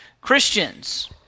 Christians